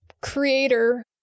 creator